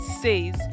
says